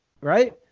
right